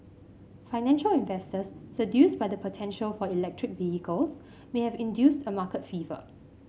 financial investors seduced by the potential for electric vehicles may have induced a market fever